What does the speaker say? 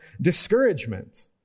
discouragement